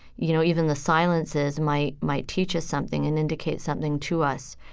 you know, even the silences might might teach us something and indicate something to us.